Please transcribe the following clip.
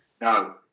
No